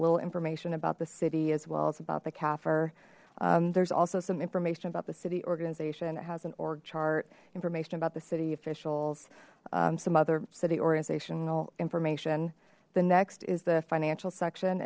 little information about the city as well as about the kafir there's also some information about the city organization it has an org chart information about the city officials some other city organizational information the next is the financial section